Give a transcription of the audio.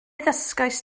ddysgaist